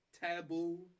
Taboo